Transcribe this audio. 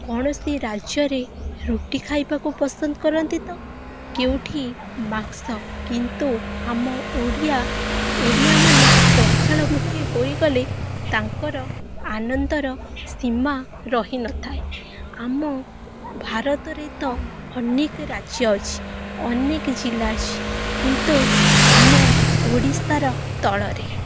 କୌଣସି ରାଜ୍ୟରେ ରୁଟି ଖାଇବାକୁ ପସନ୍ଦ କରନ୍ତି ତ କେଉଁଠି ମାଂସ କିନ୍ତୁ ଆମ ଓଡ଼ିଆ ଓଡ଼ିଆମାନେ ପଖାଳ ମୁଠିଏ ହୋଇଗଲେ ତାଙ୍କର ଆନନ୍ଦର ସୀମା ରହିନଥାଏ ଆମ ଭାରତରେ ତ ଅନେକ ରାଜ୍ୟ ଅଛି ଅନେକ ଜିଲ୍ଲା ଅଛି କିନ୍ତୁ ଆମ ଓଡ଼ିଶାର ତଳରେ